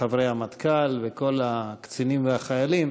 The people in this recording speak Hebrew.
חברי המטכ"ל וכל הקצינים והחיילים,